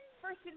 First